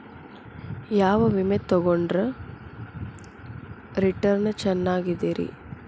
ಯಾವ ವಿಮೆ ತೊಗೊಂಡ್ರ ರಿಟರ್ನ್ ಚೆನ್ನಾಗಿದೆರಿ?